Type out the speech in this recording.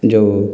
ଯେଉଁ